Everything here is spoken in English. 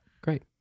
Great